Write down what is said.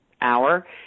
hour